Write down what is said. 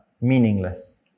meaningless